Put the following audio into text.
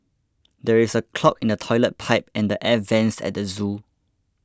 there is a clog in the Toilet Pipe and the Air Vents at the zoo